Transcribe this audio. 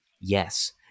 Yes